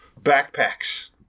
Backpacks